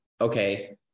okay